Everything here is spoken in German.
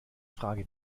frage